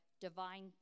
divine